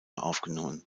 aufgenommen